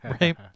Right